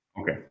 Okay